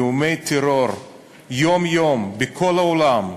איומי טרור יום-יום בכל העולם,